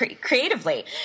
creatively